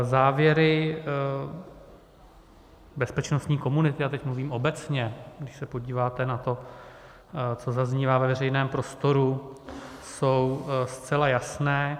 Závěry bezpečnostní komunity, a teď mluvím obecně, když se podíváte na to, co zaznívá ve veřejném prostoru, jsou zcela jasné.